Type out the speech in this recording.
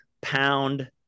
pound